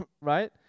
Right